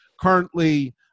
Currently